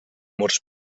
murs